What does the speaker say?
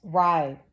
right